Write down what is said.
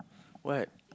what